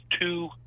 two